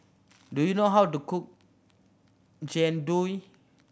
do you know how to cook Jian Dui